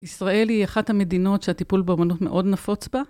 ישראל היא אחת המדינות שהטיפול באומנות מאוד נפוץ בה.